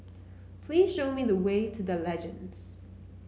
please show me the way to The Legends